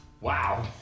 Wow